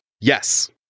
Yes